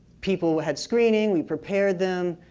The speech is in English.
people who had screening, we prepared them.